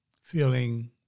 feeling